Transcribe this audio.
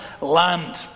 land